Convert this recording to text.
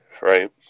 Right